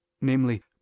namely